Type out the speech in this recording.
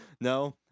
No